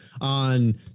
on